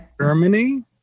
Germany